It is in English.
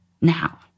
now